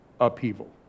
upheaval